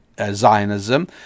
Zionism